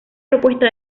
propuesta